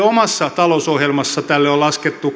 omassa talousohjelmassa tälle on laskettu